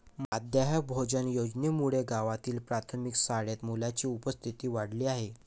माध्यान्ह भोजन योजनेमुळे गावातील प्राथमिक शाळेत मुलांची उपस्थिती वाढली आहे